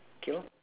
okay lor